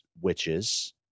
witches